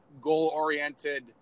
goal-oriented